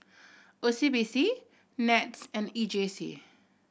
O C B C NETS and E J C